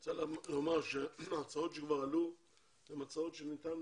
אני רוצה לומר שההצעות כבר עלו הן הצעות שניתן